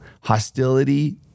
hostility